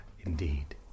Indeed